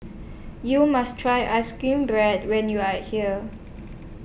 YOU must Try Ice Cream Bread when YOU Are here